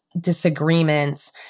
disagreements